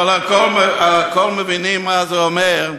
אבל הכול מבינים מה זה אומר,